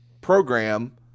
program